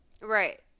Right